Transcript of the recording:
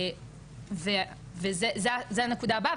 וזו הנקודה הבאה,